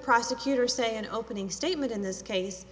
prosecutor say in opening statement in this case